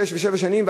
שש ושבע שנים,